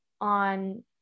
on